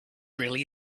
really